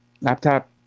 Laptop